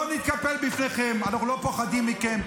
אנחנו לא נתקפל בפניכם, אנחנו לא פוחדים מכם.